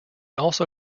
also